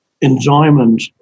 enjoyment